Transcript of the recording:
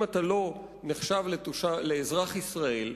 אם אתה לא נחשב לאזרח ישראל,